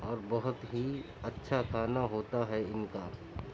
اور بہت ہی اچھا کھانا ہوتا ہے ان کا